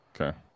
Okay